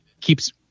keeps